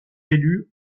élus